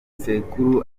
sekuru